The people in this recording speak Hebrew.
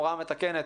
הוראה מתקנת